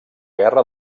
guerra